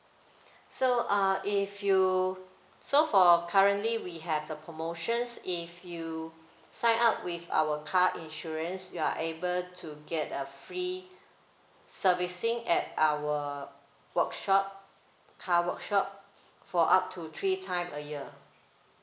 so uh if you so for currently we have a promotions if you sign up with our car insurance you are able to get a free servicing at our workshop car workshop for up to three times a year